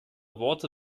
worte